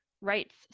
rights